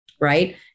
right